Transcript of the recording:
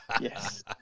Yes